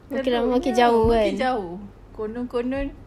teruknya makin jauh konon-konon